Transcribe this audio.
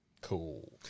Cool